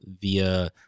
via